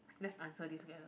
let's answer this together